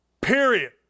Period